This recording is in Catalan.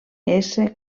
ésser